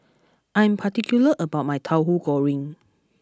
I am particular about my Tahu Goreng